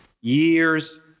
years